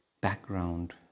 background